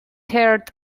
starred